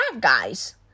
guys